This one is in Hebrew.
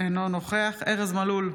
אינו נוכח ארז מלול,